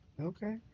Okay